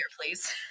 please